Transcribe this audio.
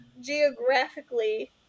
geographically